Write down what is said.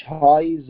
choice